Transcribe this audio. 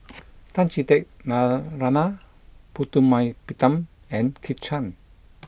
Tan Chee Teck Narana Putumaippittan and Kit Chan